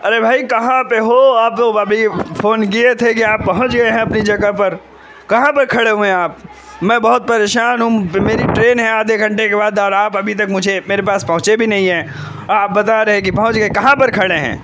ارے بھائی کہاں پہ ہو آپ تو ابھی فون کیے تھے کہ آپ پہنچ گیے ہیں اپنی جگہ پر کہاں پہ کھڑے ہوئے ہیں آپ میں بہت پریشان ہوں میری ٹرین ہے آدھے گھنٹے کے بعد اور آپ ابھی تک مجھے میرے پاس پہنچے بھی نہیں ہیں آپ بتا رہے ہیں کہ پہنچ گئے ہیں کہاں پر کھڑے ہیں